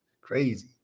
crazy